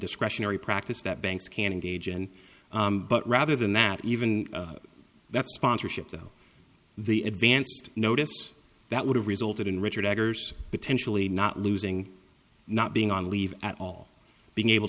discretionary practice that banks can engage in but rather than that even that sponsorship though the advanced notice that would have resulted in richard aggers potentially not losing not being on leave at all being able